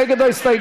מי נגד ההסתייגות?